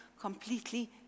completely